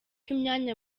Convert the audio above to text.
imyanya